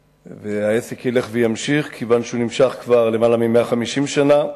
והעסק ילך וימשיך כיוון שהוא נמשך כבר למעלה מ-150 שנה,